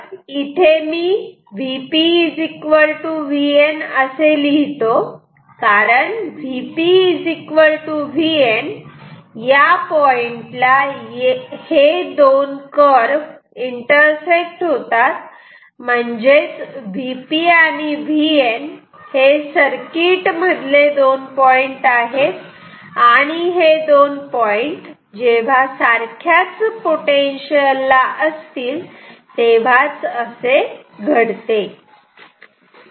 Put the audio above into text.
तर इथे मी Vp Vn असे लिहितो कारण Vp Vn या या पॉइंटला हे दोन कर्व इंटरसेक्ट होतात म्हणजेच Vp आणि Vn हे सर्किट मधले दोन पॉईंट आहेत आणि हे दोन पॉईंट जेव्हा सारख्याच पोटेन्शियल ला असतील तेव्हा असे घडते